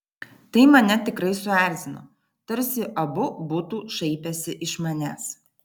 tai mane tikrai suerzino tarsi abu būtų šaipęsi iš manęs